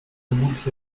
vermutlich